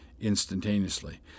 instantaneously